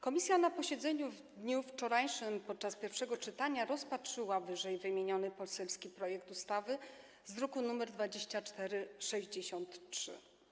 Komisja na posiedzeniu w dniu wczorajszym, podczas pierwszego czytania, rozpatrzyła ww. poselski projekt ustawy z druku nr 2463.